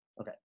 Okay